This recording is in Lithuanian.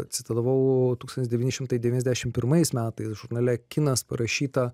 citavau tūkstantis devyni šimtai devyniasdešim pirmais metais žurnale kinas parašyta